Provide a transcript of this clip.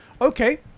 Okay